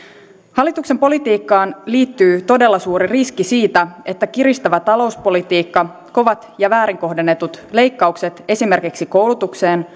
hallituksen politiikkaan liittyy todella suuri riski siitä että kiristävä talouspolitiikka kovat ja väärin kohdennetut leikkaukset esimerkiksi koulutukseen